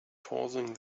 causing